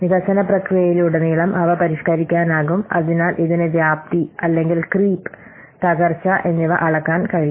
വികസന പ്രക്രിയയിലുടനീളം അവ പരിഷ്കരിക്കാനാകും അതിനാൽ ഇതിന് വ്യാപ്തി അല്ലെങ്കിൽ ക്രീപ്പ് തകർച്ച എന്നിവ അളക്കാൻ കഴിയും